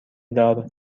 دار